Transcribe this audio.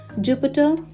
Jupiter